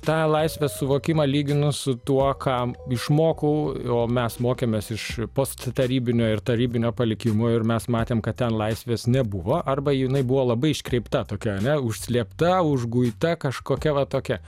tą laisvės suvokimą lyginu su tuo kam išmokau o mes mokėmės iš post tarybinio ir tarybinio palikimo ir mes matėm kad ten laisvės nebuvo arba jinai buvo labai iškreipta tokia ar ne užslėpta užguita kažkokia va tokia